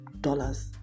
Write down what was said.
dollars